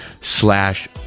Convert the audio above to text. slash